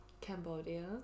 Cambodia